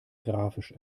grafisch